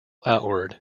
outward